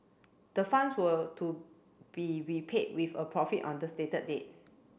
the funds were to be repaid with a profit on the stated date